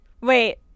Wait